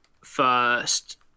first